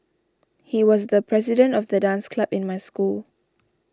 he was the president of the dance club in my school